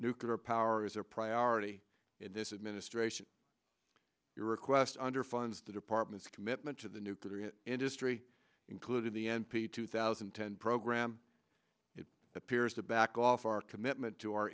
nuclear power is a priority in this administration your request under funds the department's commitment to the nuclear industry including the n p two thousand and ten program it appears to back off our commitment to our